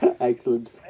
Excellent